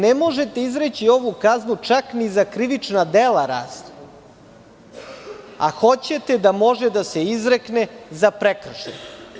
Ne možete izreći ovu kaznu čak ni za krivična dela razna, a hoćete da može da se izrekne za prekršaj.